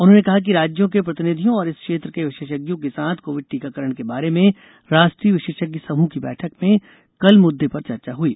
उन्होंने कहा कि राज्यों के प्रतिनिधियों और इस क्षेत्र के विशेषज्ञों के साथ कोविड टीकाकरण के बारे में राष्ट्रीय विशेषज्ञ समूह की बैठक में कल मुद्दे पर चर्चा हुई